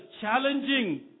challenging